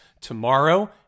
tomorrow